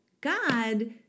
God